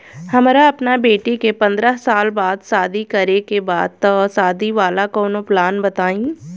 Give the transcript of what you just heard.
हमरा अपना बेटी के पंद्रह साल बाद शादी करे के बा त शादी वाला कऊनो प्लान बताई?